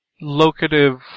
locative